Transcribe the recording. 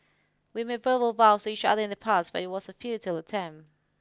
we made verbal vows to each other in the past but it was a futile attempt